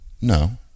No